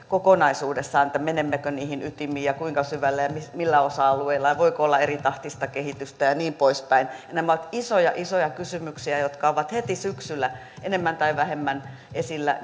kokonaisuudessaan menemmekö niihin ytimiin ja kuinka syvälle ja millä osa alueilla ja voiko olla eritahtista kehitystä ja ja niin poispäin nämä ovat isoja isoja kysymyksiä jotka ovat heti syksyllä enemmän tai vähemmän esillä